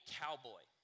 cowboy